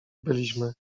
byliśmy